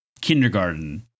kindergarten